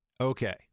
Okay